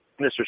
Mr